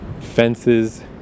fences